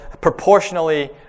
proportionally